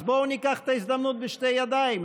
אז בואו ניקח את ההזדמנות בשתי ידיים.